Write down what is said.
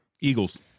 Eagles